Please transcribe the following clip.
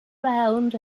around